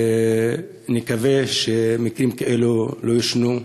ומקווה שמקרים כאלו לא יישנו.